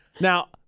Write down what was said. Now